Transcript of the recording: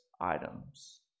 items